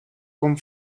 con